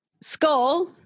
skull